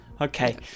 Okay